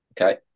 Okay